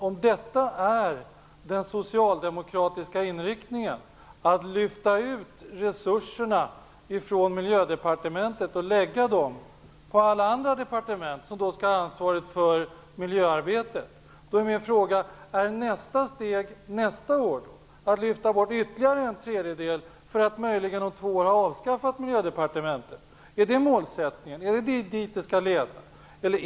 Om detta är den socialdemokratiska inriktningen, att lyfta ut resurserna från Miljödepartementet och lägga dem på alla andra departement, som då skall ha ansvaret för miljöarbetet, är min fråga: Är nästa steg nästa år att lyfta bort ytterligare en tredjedel, för att möjligen om två år ha avskaffat Miljödepartementet? Är det målsättningen? Är det dit det här skall leda?